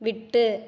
விட்டு